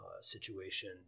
situation